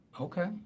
Okay